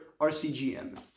RCGM